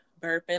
burping